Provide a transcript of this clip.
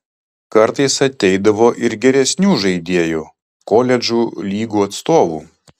kartais ateidavo ir geresnių žaidėjų koledžų lygų atstovų